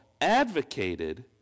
advocated